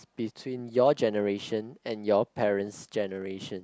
between your generation and your parents generation